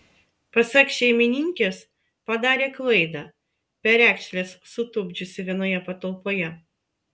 pasak šeimininkės padarė klaidą perekšles sutupdžiusi vienoje patalpoje